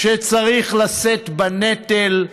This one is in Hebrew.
שצריך לשאת בנטל,